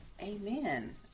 Amen